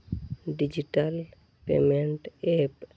digital payment app